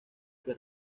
que